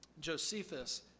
Josephus